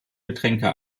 getränke